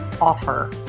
offer